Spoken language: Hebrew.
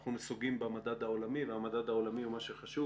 אנחנו נסוגים במדד העולמי והמדד העולמי הוא מה שחשוב.